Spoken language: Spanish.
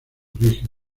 origen